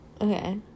Okay